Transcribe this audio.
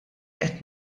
qed